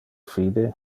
fide